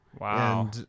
Wow